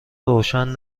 روشن